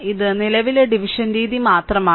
ഇത് നിലവിലെ ഡിവിഷൻ രീതി മാത്രമാണ്